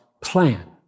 plan